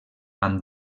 amb